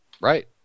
right